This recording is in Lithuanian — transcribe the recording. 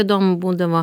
įdomu būdavo